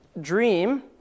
dream